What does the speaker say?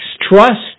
Trust